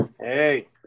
Hey